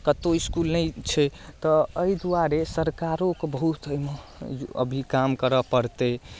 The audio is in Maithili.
कतौ इसकुल नहि छै तऽ एहि दुआरे सरकारोके बहुत एहिमे अभी काम करए परतै